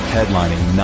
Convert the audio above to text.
Headlining